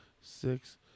six